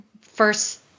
first